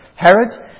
Herod